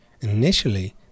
initially